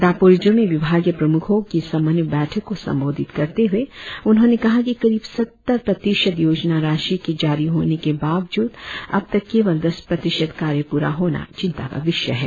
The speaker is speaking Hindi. दापोरिजो में विभागीय प्रमुखों की समन्वय बैठक को संबोधित करते हुए उन्होंने कहा कि करीब सत्तर प्रतिशत योजना राशि के जारी होने के बावजूद अब तक केवल दस प्रतिशत कार्य पुरा होना चिंता का विषय है